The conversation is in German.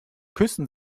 küssen